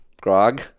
grog